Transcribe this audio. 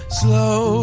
slow